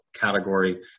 category